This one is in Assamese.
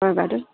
হয় বাইদেউ